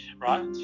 right